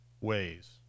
ways